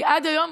כי עד היום,